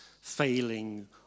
failing